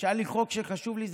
כשהיה לי חוק שחשוב לי,